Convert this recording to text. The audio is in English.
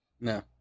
No